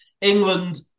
England